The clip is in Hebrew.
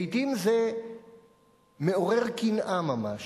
לעתים זה מעורר קנאה ממש,